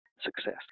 success